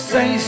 Say